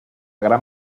gran